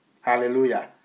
Hallelujah